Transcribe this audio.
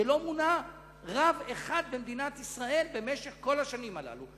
האם זה נכון שלא מונה רב אחד במדינת ישראל במשך כל השנים הללו?